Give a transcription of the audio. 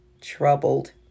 troubled